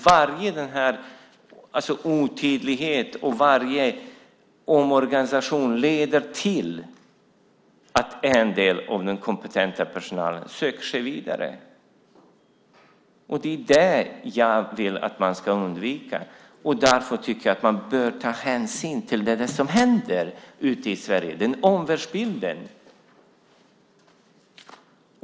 Varje otydlighet och omorganisation leder till att en del av den kompetenta personalen söker sig vidare. Det är det jag vill att man ska undvika. Därför tycker jag att man bör ta hänsyn till det som händer i Sverige, till omvärldsbilden.